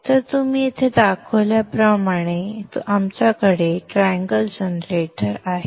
तर तुम्ही येथे दाखवल्याप्रमाणे आमच्याकडे ट्रँगल जनरेटर आहे